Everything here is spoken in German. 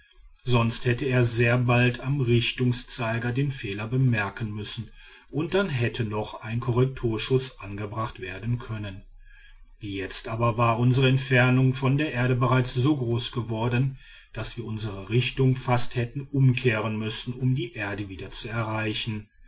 sonst hätte er sehr bald am richtungszeiger den fehler bemerken müssen und dann hätte noch ein korrekturschuß angebracht werden können jetzt aber war unsere entfernung von der erde bereits so groß geworden daß wir unsere richtung fast hätten umkehren müssen um die erde wieder zu erreichen